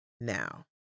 Now